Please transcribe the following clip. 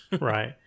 Right